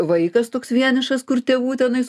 vaikas toks vienišas kur tėvų tenais